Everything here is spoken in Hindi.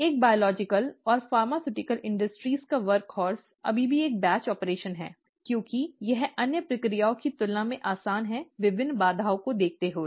एक जैविक या दवा उद्योग का वर्कहॉर्स अभी भी एक बैच ऑपरेशन है क्योंकि यह अन्य प्रक्रियाओं की तुलना में आसान हैविभिन्न बाधाओं को देखते हुए